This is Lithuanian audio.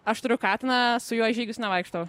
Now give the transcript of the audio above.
aš turiu katiną su juo į žygius nevaikštau